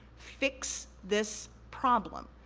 fix this problem.